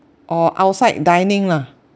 or outside dining lah